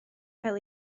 cael